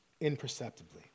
imperceptibly